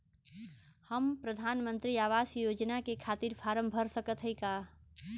हम प्रधान मंत्री आवास योजना के खातिर फारम भर सकत हयी का?